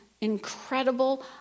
incredible